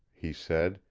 he said,